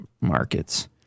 markets